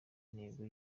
intego